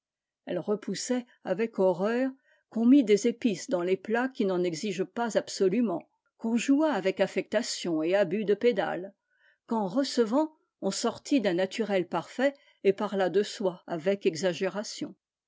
elle repoussait avec horreur qu'on mît des épices dans les plats qui n'en exigent pas absolument qu'on jouât avec anectatibn et abus de pédales qu'en recevant m on sortît d'un naturel parfait et parlât de soi avec exagération